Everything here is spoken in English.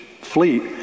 fleet